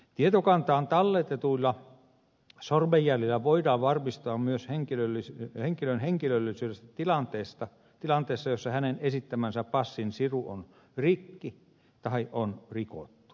tietokantaan talletetuilla sormenjäljillä voidaan varmistaa myös henkilön henkilöllisyys tilanteessa jossa hänen esittämänsä passin siru on rikki tai on rikottu